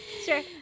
sure